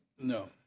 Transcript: No